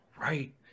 Right